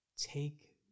take